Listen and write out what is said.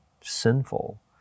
sinful